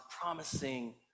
promising